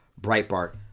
Breitbart